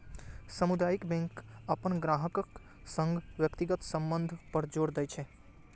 सामुदायिक बैंक अपन ग्राहकक संग व्यक्तिगत संबंध पर जोर दै छै